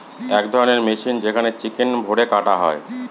এক ধরণের মেশিন যেখানে চিকেন ভোরে কাটা হয়